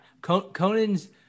Conan's